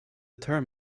term